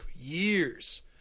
years